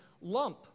lump